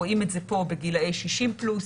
רואים את זה פה בגילי 60 פלוס.